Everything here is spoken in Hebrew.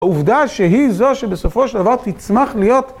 העובדה שהיא זו שבסופו של דבר תצמח להיות